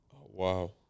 Wow